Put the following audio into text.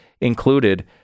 included